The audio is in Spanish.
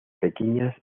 pequeñas